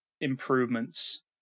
improvements